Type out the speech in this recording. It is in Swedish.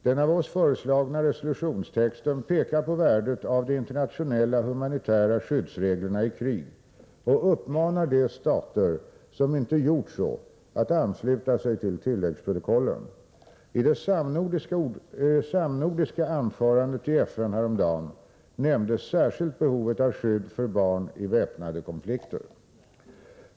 Den av oss föreslagna resolutionstexten pekar på värdet av de internationella humanitära skyddsreglerna i krig och uppmanar de stater som inte gjort så att ansluta sig till tilläggsprotokollen. I det samnordiska anförandet i FN häromdagen nämndes särskilt behovet av skydd för barn i väpnade konflikter.